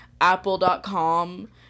apple.com